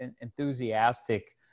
enthusiastic